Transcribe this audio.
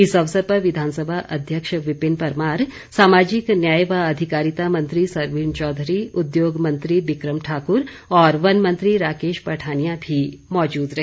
इस अवसर पर विधानसभा अध्यक्ष विपिन परमार सामाजिक न्याय व अधिकारिता मंत्री सरवीण चौधरी उद्योग मंत्री बिक्रम ठाक्र और वन मंत्री राकेश पठानिया भी मौजूद रहे